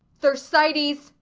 thersites!